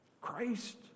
Christ